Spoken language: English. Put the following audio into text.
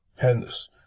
Hence